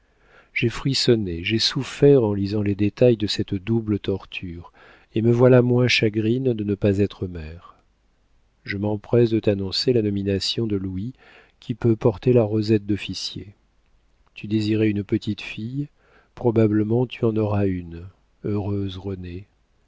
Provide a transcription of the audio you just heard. j'ai frissonné j'ai souffert en lisant les détails de cette double torture et me voilà moins chagrine de ne pas être mère je m'empresse de t'annoncer la nomination de louis qui peut porter la rosette d'officier tu désirais une petite fille probablement tu en auras une heureuse renée